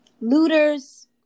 looters